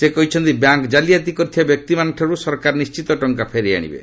ସେ କହିଛନ୍ତି ବ୍ୟାଙ୍କ୍ ଜାଲିଆତି କରିଥିବା ବ୍ୟକ୍ତିମାନଙ୍କଠାରୁ ସରକାର ନିି୍ଣିତ ଟଙ୍କା ଫେରାଇ ଆଣିବେ